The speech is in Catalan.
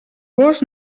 gos